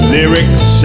Lyrics